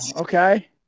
Okay